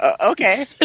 Okay